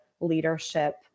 leadership